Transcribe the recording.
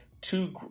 two